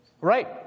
Right